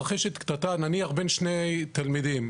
כשנניח מתרחשת קטטה בין שני תלמידים,